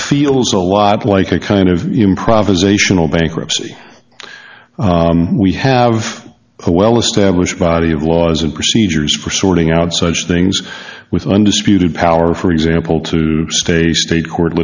feels a lot like a kind of improvisational bankruptcy we have a well established body of laws and procedures for sorting out such things with undisputed power for example to stay state court